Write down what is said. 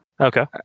Okay